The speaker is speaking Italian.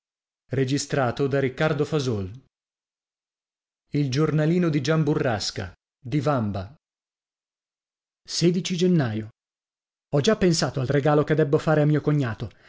e io e il io e io e erano gennaio ho già pensato al regalo che debbo fare a mio cognato